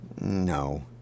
No